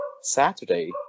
Saturday